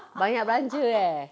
banyak belanja eh